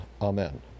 amen